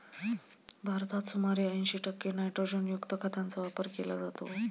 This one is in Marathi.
भारतात सुमारे ऐंशी टक्के नायट्रोजनयुक्त खतांचा वापर केला जातो